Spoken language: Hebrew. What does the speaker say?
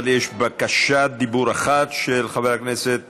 אבל יש בקשת דיבור אחת של חבר הכנסת